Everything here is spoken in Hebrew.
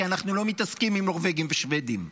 כי אנחנו לא מתעסקים עם נורבגים ושבדים.